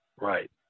right